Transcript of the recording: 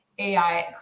AI